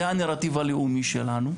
זה הנרטיב הלאומי שלנו.